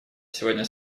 сегодня